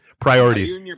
priorities